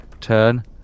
Turn